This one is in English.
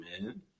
man